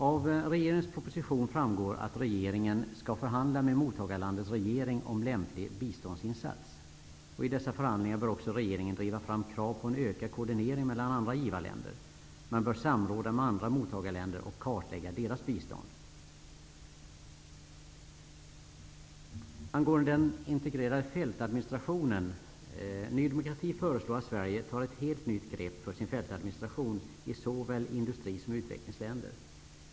Av regeringens proposition framgår att regeringen skall förhandla med mottagarlandets regering om lämplig biståndsinsats. I dessa förhandlingar bör också regeringen driva fram krav på en ökad koordinering mellan andra givarländer. Man bör samråda med andra mottagarländer och kartlägga deras bistånd. Ny demokrati föreslår att Sverige tar ett helt nytt grepp på sin ''fältadministration'' i såväl industrisom utvecklingsländer.